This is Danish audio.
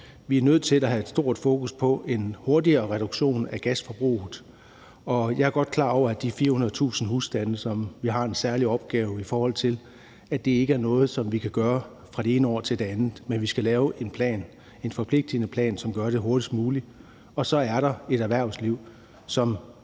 Vi er nødt til at have et stort fokus på en hurtigere reduktion af gasforbruget. Jeg er godt klar over, at det i forhold til de 400.000 husstande, som vi har en særlig opgave i forhold til, ikke er noget, som vi kan gøre fra det ene år til det andet, men vi skal lave en plan, en forpligtende plan, som gør, at det sker hurtigst muligt. Så er der også et erhvervsliv, som